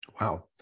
Wow